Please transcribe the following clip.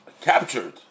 captured